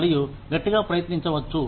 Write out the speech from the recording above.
మరియు గట్టిగా ప్రయత్నించవచ్చు